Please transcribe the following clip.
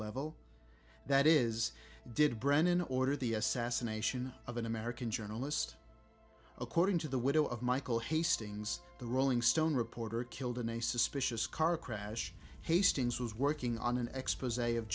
level that is did brennan order the assassination of an american journalist according to the widow of michael hastings the rolling stone reporter killed in a suspicious car crash hastings was working on an expos